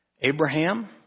Abraham